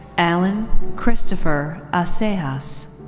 allen christopher acejas.